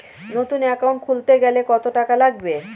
নতুন একাউন্ট খুলতে গেলে কত টাকা লাগবে?